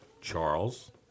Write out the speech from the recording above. Charles